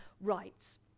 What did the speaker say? rights